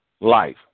life